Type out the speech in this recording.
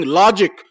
logic